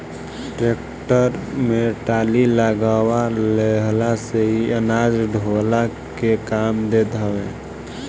tractor में trolley लगवा लेहला से इ अनाज ढोअला के काम देत हवे